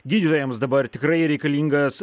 didvyriams dabar tikrai reikalingas